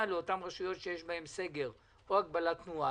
לאותן רשויות שיש בהן סגר או הגבלת תנועה.